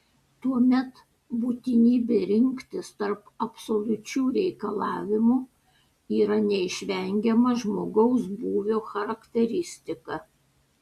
tuomet būtinybė rinktis tarp absoliučių reikalavimų yra neišvengiama žmogaus būvio charakteristika